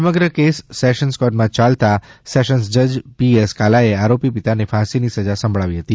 સમગ્ર case sessions કોર્ટમાં ચાલતાં સેશન્સન જજ પીએસ કાલાએ આરોપી પિતાને ફાંસીની સજા સંભળાવી હતી